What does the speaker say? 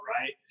right